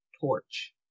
Torch